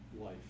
life